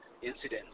Incidents